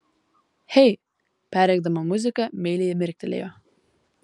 hei perrėkdama muziką meiliai mirktelėjo